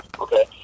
okay